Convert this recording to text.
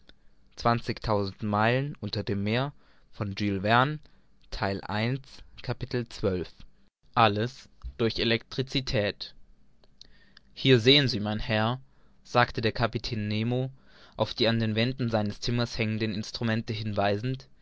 capitel alles durch elektricität hier sehen sie mein herr sagte der kapitän nemo auf die an den wänden seines zimmers hängenden instrumente hinweisend